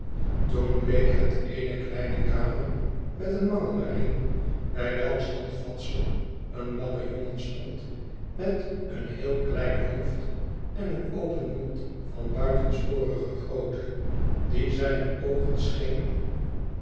toen bleek het eene kleine kamer met een mangel er in bij welks handvatsel een lange jongen stond met een heel klein hoofd en een open mond van buitensporige grootte die zijne oogen